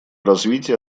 развитие